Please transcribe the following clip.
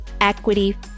equity